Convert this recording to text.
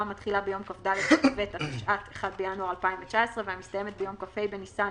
המתחילה ביום כ"ד בטבת התשע"ט (1 בינואר 2019) והמסתיימת ביום כ"ה בניסן